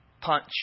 punch